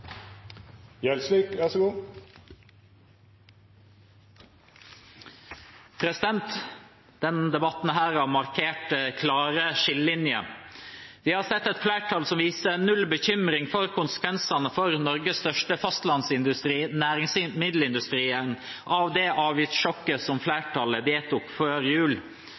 debatten har markert klare skillelinjer. Vi har sett et flertall som viser null bekymring for konsekvensene for Norges største fastlandsindustri, næringsmiddelindustrien, av det avgiftssjokket som flertallet vedtok før jul.